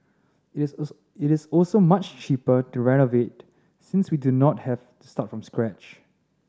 it is also much cheaper to renovate since we do not have to start from scratch